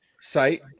site